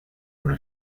uno